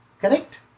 Correct